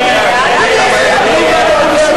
להצביע.